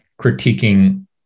critiquing